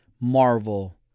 Marvel